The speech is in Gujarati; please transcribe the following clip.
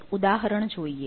એક ઉદાહરણ જોઈએ